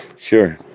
sure.